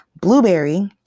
blueberry